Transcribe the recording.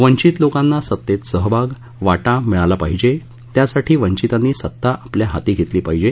वंचित लोकांना सत्तेत सहभाग वाटा मिळाला पाहिजे त्या साठी वंचितांनी सत्ता आपल्या हाती घेतली पाहिजे